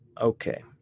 Okay